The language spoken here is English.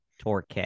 Torque